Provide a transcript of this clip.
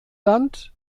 land